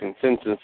consensus